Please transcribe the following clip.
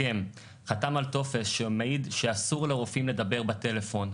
טופס שמעיד שאסור לרופאים לדבר בטלפון.